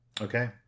Okay